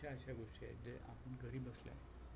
खूपशा अशा गोष्टी आहेत जे आपण घरी बसल्या